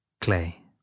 Clay